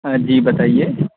ہاں جی بتائیے